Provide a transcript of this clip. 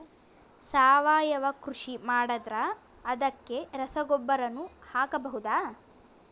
ಸಾವಯವ ಕೃಷಿ ಮಾಡದ್ರ ಅದಕ್ಕೆ ರಸಗೊಬ್ಬರನು ಹಾಕಬಹುದಾ?